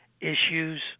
issues